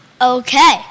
Okay